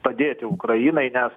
padėti ukrainai nes